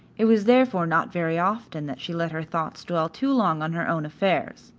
it was therefore not very often that she let her thoughts dwell too long on her own affairs.